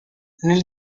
nel